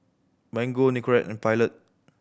Mango Nicorette and Pilot